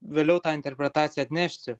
vėliau tą interpretaciją atnešti